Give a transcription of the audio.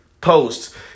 post